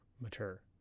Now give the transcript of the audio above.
mature